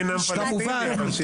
אין עם פלסטיני אבל שיהיה.